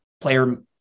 player